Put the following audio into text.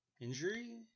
injury